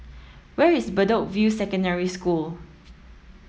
where is Bedok View Secondary School